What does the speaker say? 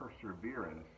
perseverance